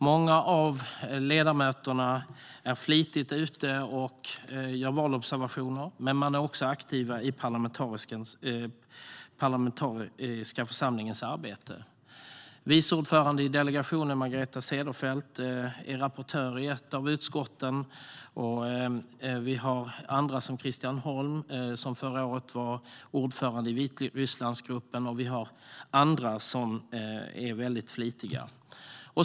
Många av ledamöterna är flitigt ute och gör valobservationer, men de är också aktiva i den parlamentariska församlingens arbete. Vice ordföranden i delegationen, Margareta Cederfelt, är rapportör i ett av utskotten. Christian Holm Barenfeld var förra året ordförande i Vitrysslandsgruppen. Vi har även andra som är mycket flitiga.